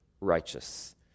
righteous